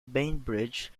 bainbridge